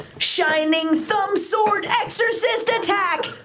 shining thumb sword exorcist attack!